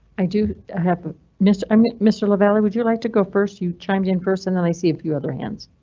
i do ah have mr i mean mr. lavalley. would you like to go? first you chimed in person and i see a few other hands.